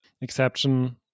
exception